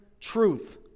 truth